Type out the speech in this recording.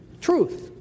truth